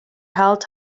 health